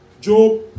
Job